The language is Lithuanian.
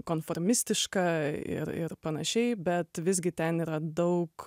konformistiška ir ir panašiai bet visgi ten yra daug